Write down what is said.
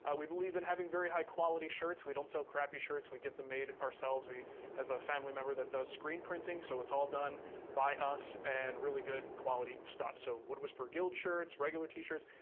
ah we believe in having very high-quality shirts, we don't sell so crappy shirts, we get them made ourselves. we have a family member that does screen printing, so it's all done by us, and really good quality stuff. so, wood whisperer guild shirts, regular t-shirts,